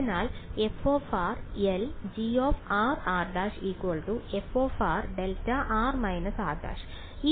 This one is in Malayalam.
അതിനാൽ fLgrr′ fδr − r′